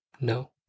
No